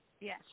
Yes